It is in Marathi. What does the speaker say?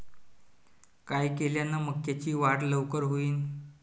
काय केल्यान मक्याची वाढ लवकर होईन?